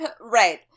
Right